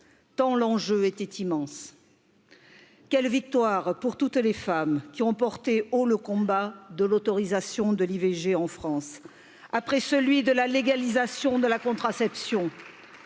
tant l'enjeu était immense. Quelle victoire pour toutes les femmes qui ont porté haut le combat de l'autorisation de l'ivg en france après celui de la légalisation de la contraception